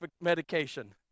medication